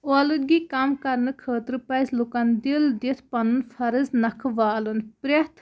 اولوٗدگی کَم کَرنہٕ خٲطرٕ پَزِ لُکَن دِل دِتھ پَنُن فرض نَکھٕ والُن پرٛٮ۪تھ